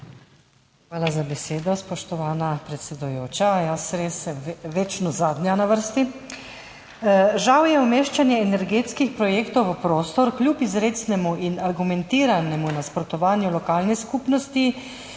Hvala za besedo, spoštovana predsedujoča, res sem večno zadnja na vrsti. Žal je umeščanje energetskih projektov v prostor kljub izrecnemu in argumentiranemu nasprotovanju lokalne skupnosti